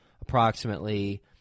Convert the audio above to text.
approximately